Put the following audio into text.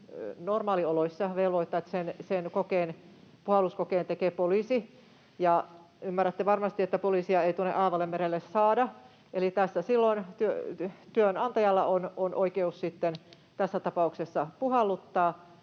normaalioloissa velvoittaa, että sen puhalluskokeen tekee poliisi, ja ymmärrätte varmasti, että poliisia ei tuonne aavalle merelle saada. Eli työnantajalla on tässä tapauksessa oikeus puhalluttaa,